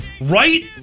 Right